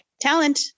talent